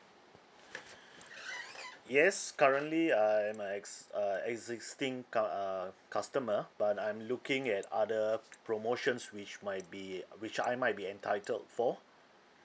yes currently I'm a ex~ uh existing cu~ uh customer but I'm looking at other promotions which might be which I might be entitled for